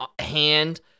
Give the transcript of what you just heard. hand